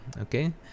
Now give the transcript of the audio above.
Okay